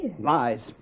Lies